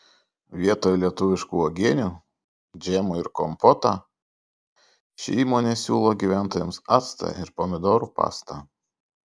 vietoj lietuviškų uogienių džemų ir kompotą ši įmonė siūlo gyventojams actą ir pomidorų pastą